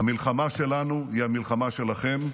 המלחמה שלנו היא המלחמה שלכם,